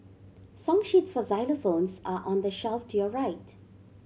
song sheets for xylophones are on the shelf to your right